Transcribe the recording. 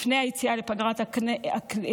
לפני היציאה לפגרת הקיץ.